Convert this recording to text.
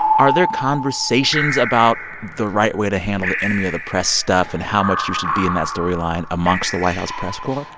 are there conversations about the right way to handle the enemy of the press stuff and how much you should be in that story line amongst the white house press corps?